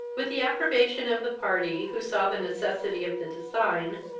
with the approbation of the party, who saw the necessity of the design,